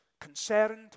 concerned